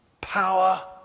power